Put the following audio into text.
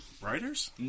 writers